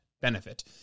benefit